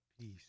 peace